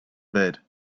bed